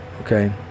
okay